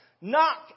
Knock